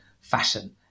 fashion